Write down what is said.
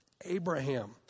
Abraham